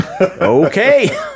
okay